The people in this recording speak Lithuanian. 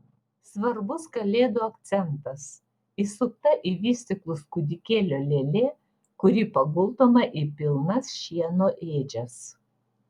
svarbus kalėdų akcentas įsupta į vystyklus kūdikėlio lėlė kuri paguldoma į pilnas šieno ėdžias